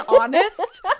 honest